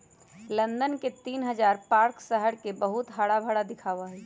London के तीन हजार पार्क शहर के बहुत हराभरा दिखावा ही